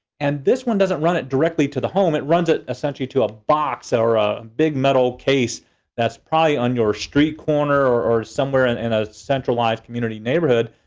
and this one doesn't run it directly to the home. it runs it essentially to a box or a big metal case that's probably on your street corner or somewhere in and a centralized community neighborhood.